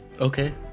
Okay